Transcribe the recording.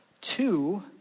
Two